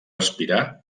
respirar